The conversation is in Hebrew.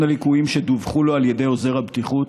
הליקויים שדווחו לו על ידי עוזר הבטיחות,